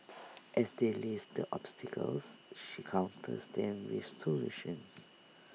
as they list the obstacles she counters them with solutions